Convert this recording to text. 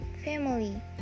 Family